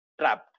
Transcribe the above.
trapped